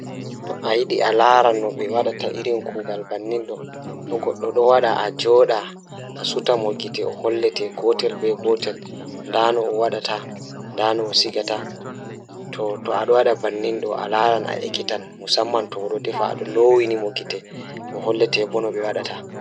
Jokkondir cuuraande e dakarol onion, garlic, e ginger. Njiddaade cuuraande ngal e kadi sabuɓe turmeric, cumin, curry powder, e chili pepper. Foti waawaa njiddaade kadi noone tomatoes, coconut milk, e broth ngam moƴƴaare. Hokkondir njum ngal he ɗuɗɗo ndiyam ngal holla. Nde nguurndam ngal waawataa njiddaade ngol leydi.